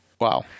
Wow